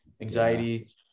anxiety